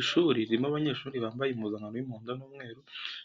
Ishuri ririmo abanyeshuri bambaye impuzankano y’umuhondo n’umweru,